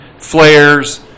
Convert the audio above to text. flares